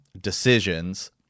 decisions